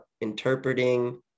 interpreting